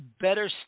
better